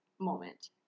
moment